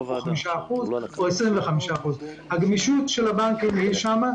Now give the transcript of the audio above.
5% ולא 25%. הגמישות של הבנקים היא שם.